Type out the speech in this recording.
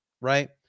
Right